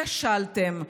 כשלתם.